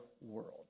world